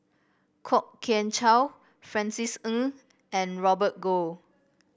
Kwok Kian Chow Francis Ng and Robert Goh